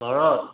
ঘৰত